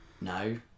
No